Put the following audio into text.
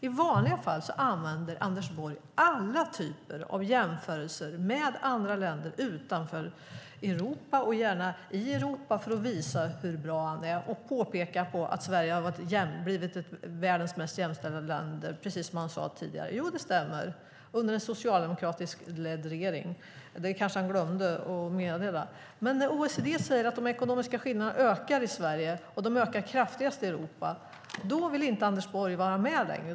I vanliga fall använder Anders Borg alla typer av jämförelser med andra länder utanför Europa och gärna i Europa för att visa hur bra han är och peka på att Sverige har blivit världens mest jämställda land, precis som han sade tidigare. Det stämmer, men det var under en socialdemokratiskt ledd regering. Men det kanske han glömde att meddela. Men när OECD säger att de ekonomiska skillnaderna ökar i Sverige, och kraftigast i Europa, vill Anders Borg inte vara med längre.